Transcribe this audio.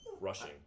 rushing